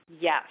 Yes